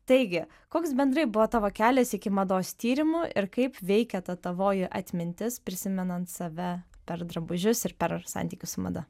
taigi koks bendrai buvo tavo kelias iki mados tyrimų ir kaip veikia ta tavoji atmintis prisimenant save per drabužius ir per santykius su mada